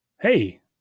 hey